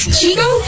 Chico